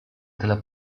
della